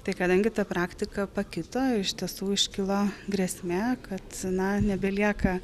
tai kadangi ta praktika pakito iš tiesų iškilo grėsmė kad na nebelieka